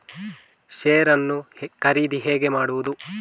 Share ನ್ನು ಖರೀದಿ ಹೇಗೆ ಮಾಡುವುದು?